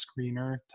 screener